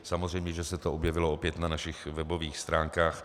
Samozřejmě, že se to objevilo opět na našich webových stránkách.